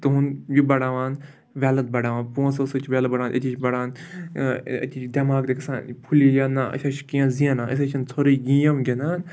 تُہُنٛد یہِ بڑاوان وٮ۪لٕتھ بَڑاوان پونٛسو سۭتۍ چھِ وٮ۪لٕتھ بَڑاوان أتی چھِ بَڑان أتی چھِ دٮ۪ماغ تہِ گژھان فُلی یہِ نہ أسۍ حظ چھِ کینٛہہ زینان أسۍ حظ چھِنہٕ ژھوٚرُے گیم گِنٛدان